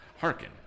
Hearken